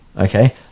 okay